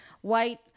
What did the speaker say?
white